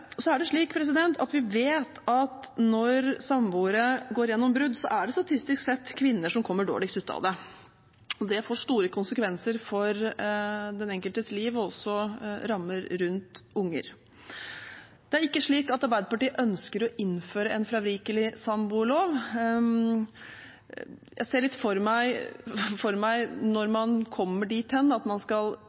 Så vet vi at når samboere går igjennom brudd, er det statistisk sett kvinner som kommer dårligst ut av det. Det får store konsekvenser for den enkeltes liv og også rammer rundt unger. Det er ikke slik at Arbeiderpartiet ønsker å innføre en fravikelig samboerlov. Jeg ser litt for meg at når man kommer dit hen at man skal